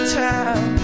time